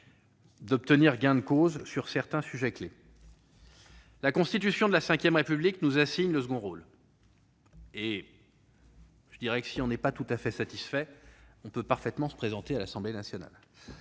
d'obtenir gain de cause sur certains sujets clés ? La Constitution de la V République nous assigne le second rôle et, finalement, qui n'est pas satisfait de cette situation peut parfaitement se présenter à l'Assemblée nationale